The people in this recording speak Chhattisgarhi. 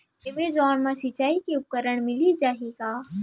एमेजॉन मा सिंचाई के उपकरण मिलिस जाही का?